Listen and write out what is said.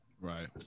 Right